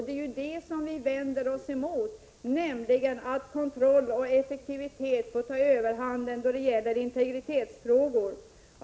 Det är det vi vänder oss mot — att kontroll och effektivitet får ta överhanden när det gäller frågor som rör integriteten.